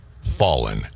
Fallen